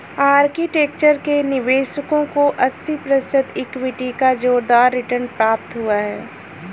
architecture के निवेशकों को अस्सी प्रतिशत इक्विटी का जोरदार रिटर्न प्राप्त हुआ है